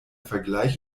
vergleich